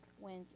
went